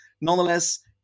nonetheless